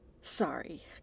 Sorry